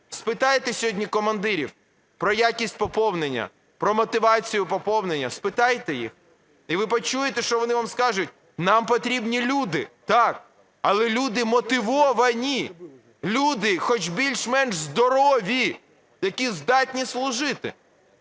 Спитайте сьогодні командирів про якість поповнення, про мотивацію поповнення, спитайте їх, і ви почуєте, що вони вам скажуть, нам потрібні люди. Так, але люди мотивовані, люди хоч більш-менш здорові, які здатні служити.